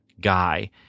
guy